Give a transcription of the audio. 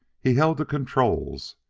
he held the controls.